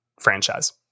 franchise